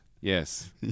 yes